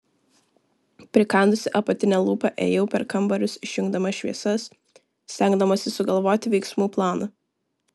prikandusi apatinę lūpą ėjau per kambarius išjungdama šviesas stengdamasi sugalvoti veiksmų planą